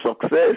success